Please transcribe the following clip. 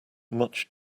much